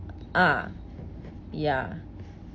uh ya